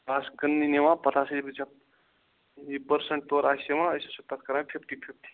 بہٕ آسہٕ کٕننہِ نِوان پَتہٕ آسے بہٕ ژےٚ پرسنت تورٕ آسہِ یِوان أسۍ آسو پَتہٕ کرو پھِپھٹی پھِپھٹی